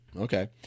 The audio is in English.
Okay